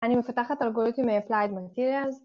אני מפתחת אלגוריתמים באפלייד מטיריאלז